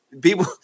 people